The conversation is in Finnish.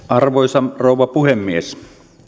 arvoisa rouva puhemies